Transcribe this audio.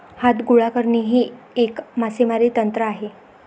हात गोळा करणे हे एक मासेमारी तंत्र आहे